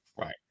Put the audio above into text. Right